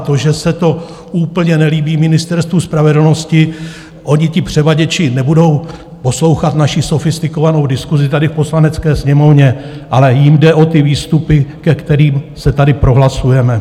To, že se to úplně nelíbí Ministerstvu spravedlnosti oni ti převaděči nebudou poslouchat naši sofistikovanou diskusi tady v Poslanecké sněmovně, ale jim jde o výstupy, ke kterým se tady prohlasujeme.